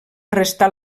restà